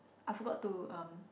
I forgot to um